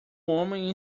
homem